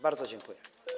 Bardzo dziękuję.